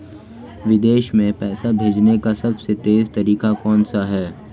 विदेश में पैसा भेजने का सबसे तेज़ तरीका कौनसा है?